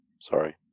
Sorry